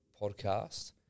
podcast